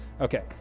Okay